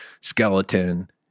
skeleton